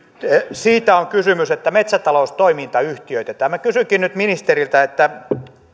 siitä on kysymys että metsätaloustoiminta yhtiöitetään minä kysynkin nyt ministeriltä